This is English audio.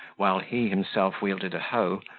while he himself wielded a hoe,